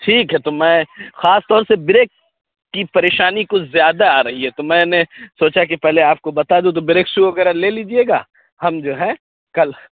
ٹھیک ہے تو میں خاص طور سے بریک کی پریشانی کچھ زیادہ آ رہی ہے تو میں نے سوچا کہ پہلے آپ کو بتا دوں تو بریک سو وغیرہ لے لیجیے گا ہم جو ہے کل